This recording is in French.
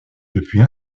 depuis